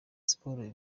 siporo